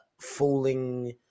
falling